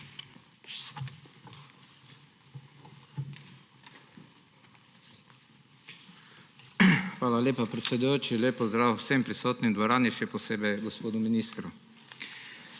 Hvala lepa, predsedujoči. Lep pozdrav vsem prisotnim v dvorani, še posebej gospodu ministru!